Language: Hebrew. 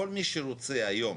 כל מי שרוצה היום